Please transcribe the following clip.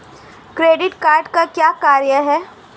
Credit card का क्या कार्य है?